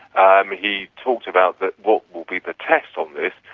um he talked about, that what will be the test on this,